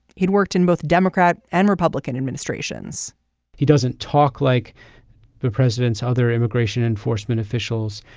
he'd worked in both democrat and republican administrations he doesn't talk like the president's other immigration enforcement officials.